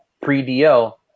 pre-DL